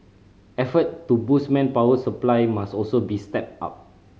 effort to boost manpower supply must also be stepped up